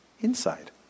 inside